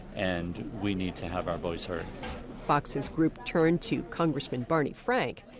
and we need to have our voice heard fox's group turned to congressman barney frank.